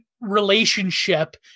relationship